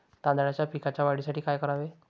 तांदळाच्या पिकाच्या वाढीसाठी काय करावे?